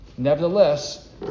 Nevertheless